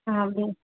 ஆ அப்படி